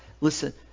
listen